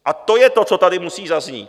A to je to, co tady musí zaznít.